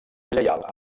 lleial